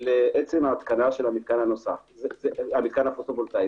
לעצם התקנת המתקן הפוטו וולטאי.